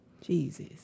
Jesus